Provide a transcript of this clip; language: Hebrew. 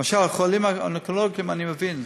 למשל, החולים האונקולוגיים, אני מבין.